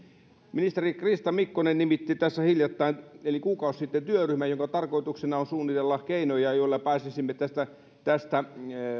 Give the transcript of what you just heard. ministeri krista mikkonen nimitti tässä hiljattain eli kuukausi sitten työryhmän jonka tarkoituksena on suunnitella keinoja joilla pääsisimme tästä tästä